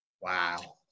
Wow